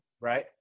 Right